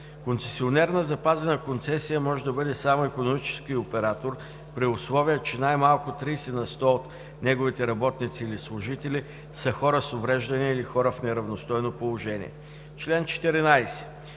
Концесионер на запазена концесия може да бъде само икономически оператор, при условие че най-малко 30 на сто от неговите работници и служители са хора с увреждания или хора в неравностойно положение.“